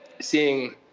seeing